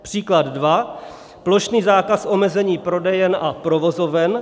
Příklad dva: plošný zákaz omezení prodejen a provozoven;